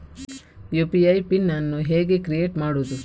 UPI pin ಅನ್ನು ಹೇಗೆ create ಮಾಡುದು?